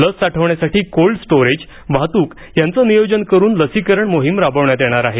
लस साठवण्यासाठी cold storage वाहत्रक यांचं नियोजन करून लसीकरण मोहीम राबवण्यात येणार आहे